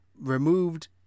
removed